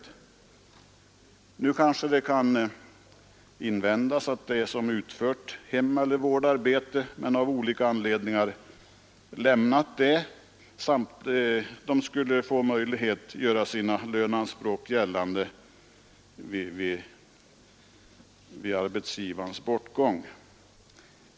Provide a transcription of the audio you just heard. Nu kanske kan invändas att de som utfört hemeller vårdarbete men av olika anledningar lämnat det skall få möjlighet att göra sina löneanspråk gällande vid arbetsgivares bortgång.